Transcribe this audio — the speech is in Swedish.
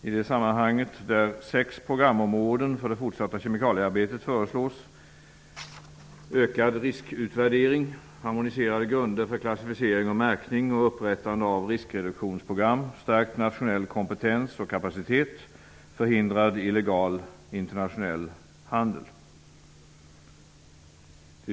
I det sammanhanget föreslås sex programområden för det fortsatta kemikaliearbetet, bl.a. ökad riskutvärdering, harmoniserade grunder för klassificering och märkning, upprättande av riskreduktionsprogram, stärkt nationell kompetens och kapacitet och förhindrad illegal internationell handel.